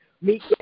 meet